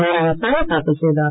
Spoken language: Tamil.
நாராயணசாமி தாக்கல் செய்தார்